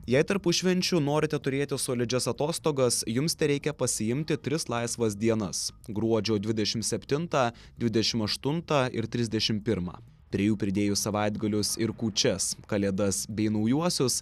jei tarpušvenčiu norite turėti solidžias atostogas jums tereikia pasiimti tris laisvas dienas gruodžio dvidešimt septintą dvidešimt aštuntą ir trisdešimt pirmą prie jų pridėjus savaitgalius ir kūčias kalėdas bei naujuosius